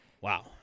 Wow